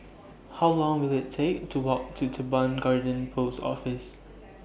How Long Will IT Take to Walk to Teban Garden Post Office